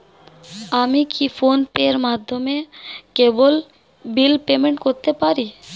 আমি কি ফোন পের মাধ্যমে কেবল বিল পেমেন্ট করতে পারি?